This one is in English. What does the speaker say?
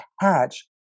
hatch